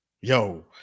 yo